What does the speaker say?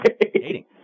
Dating